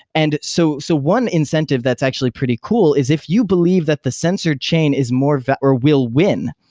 and so so one incentive that's actually pretty cool is if you believe that the censored chain is more or will win,